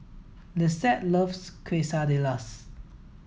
Lissette loves Quesadillas